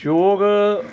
ਯੋਗ